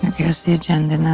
guess the agenda